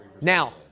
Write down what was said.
Now